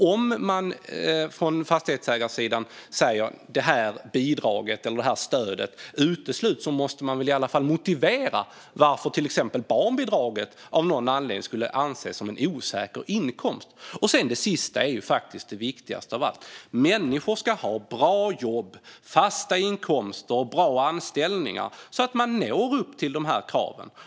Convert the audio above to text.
Om fastighetsägare utesluter ett stöd eller ett bidrag, måste de väl i alla fall motivera varför till exempel barnbidraget anses som en osäker inkomst. Till sist det viktigaste av allt. Människor ska ha bra jobb och anställningar och fast inkomst så att de når dessa krav.